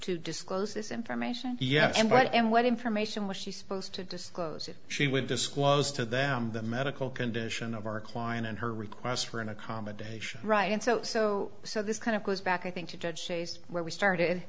to disclose this information yes and what and what information was she supposed to disclose if she would disclose to them the medical condition of our client and her request for an accommodation right and so so so this kind of goes back i think to judge ses where we started